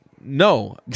No